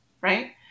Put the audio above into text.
right